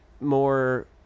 more